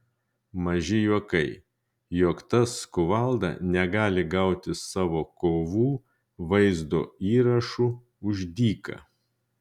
maži juokai jog tas kuvalda negali gauti savo kovų vaizdo įrašų už dyką